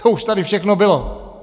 To už tady všechno bylo.